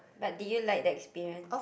but did you like the experience